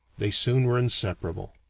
they soon were inseparable.